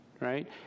right